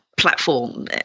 Platform